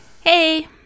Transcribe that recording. Hey